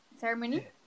Ceremony